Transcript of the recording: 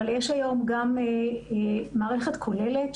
אבל יש היום גם מערכת כוללת,